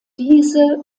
diese